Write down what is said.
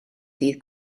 ddydd